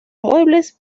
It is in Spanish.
muebles